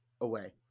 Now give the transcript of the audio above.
away